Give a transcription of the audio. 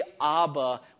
Abba